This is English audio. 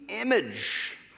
image